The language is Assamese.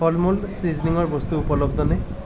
ফলমূল চিজনিঙৰ বস্তু উপলব্ধ নে